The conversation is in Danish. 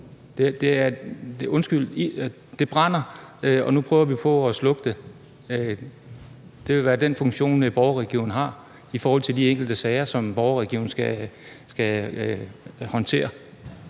Det brænder, og nu prøver vi på at slukke det – undskyld mig, men det vil være den funktion, borgerrådgiveren har i forhold til de enkelte sager, som borgerrådgiveren skal håndtere.